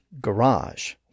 garage